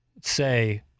Say